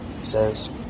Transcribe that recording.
says